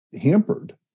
hampered